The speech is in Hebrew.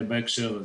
בהקשר הזה.